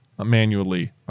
manually